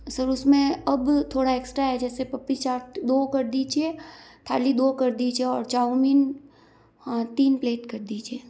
sir उस में अब थोड़ा एक्स्ट्रा है जैसे पपड़ी चाट दो कर दीजिए थाली दो कर दीजिए और चाउमिन तीन प्लेट कर दीजिए